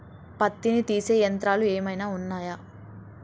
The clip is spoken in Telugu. పత్తిని తీసే యంత్రాలు ఏమైనా ఉన్నయా?